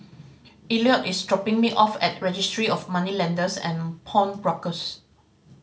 Elliott is dropping me off at Registry of Moneylenders and Pawnbrokers